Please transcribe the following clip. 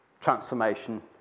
transformation